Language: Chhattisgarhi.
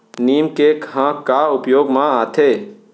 नीम केक ह का उपयोग मा आथे?